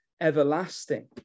everlasting